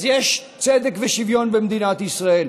אז יש צדק ושוויון במדינת ישראל,